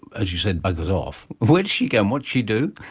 as you said, buggers off, where does she go and what she do?